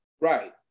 Right